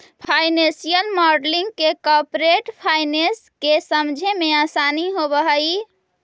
financial modelling से corporate finance के समझे मेंअसानी होवऽ हई